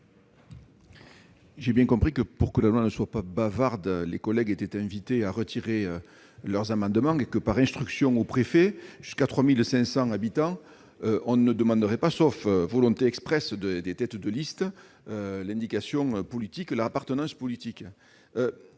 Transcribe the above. J'ai bien compris que, pour que la loi ne soit pas bavarde, mes collègues étaient invités à retirer leurs amendements, et que, par instruction aux préfets, jusqu'à 3 500 habitants, on ne demanderait pas, sauf volonté expresse des têtes de liste, l'indication de leur appartenance politique.